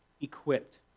equipped